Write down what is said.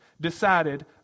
decided